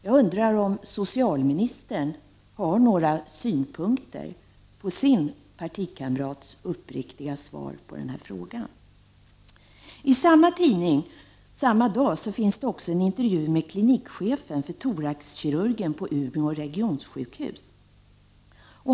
Har socialministern några synpunkter på sin partikamrats uppriktiga svar på den här frågan? I samma tidning samma dag finns också en intervju med klinikchefen för thoraxkirurgen på Umeå regionsjukhus.